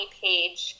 page